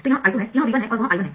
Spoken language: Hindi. तो यह I2 है यह V1 है और वह I1 है